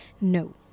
No